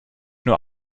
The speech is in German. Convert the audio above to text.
nur